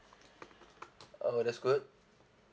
oh that's good